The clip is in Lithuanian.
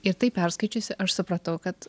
ir tai perskaičiusi aš supratau kad